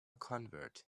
convert